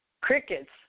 Crickets